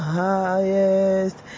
highest